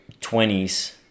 20s